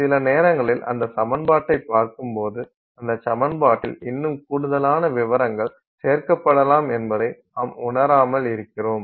சில நேரங்களில் அந்த சமன்பாட்டைப் பார்க்கும்போது அந்தச் சமன்பாட்டில் இன்னும் கூடுதலான விவரங்கள் சேர்க்கப்படலாம் என்பதை நாம் உணராமல் இருக்கிறோம்